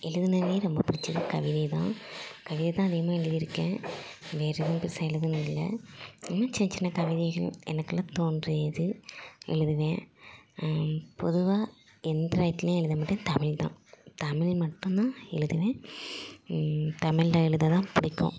எழுதணுதலே ரொம்ப பிடிச்சது கவிதை தான் கவிதை தான் அதிகமாக எழுதியிருக்கேன் வேறு எதுவும் பெருசாக எழுதுனதில்லலை சின்ன சின்ன கவிதைகள் எனக்குள்ளே தோன்றியது எழுதுவேன் பொதுவாக எந்த்ராய்த்துலியும் எழுத மாட்டேன் தமிழ் தான் தமிழ் மட்டும் தான் எழுதுவேன் தமிழ்லஎழுததான் பிடிக்கும்